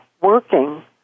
working